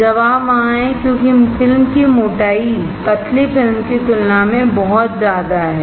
जवाब वहाँ है क्योंकि फिल्म की मोटाई पतली फिल्म की तुलना में बहुत ज्यादा है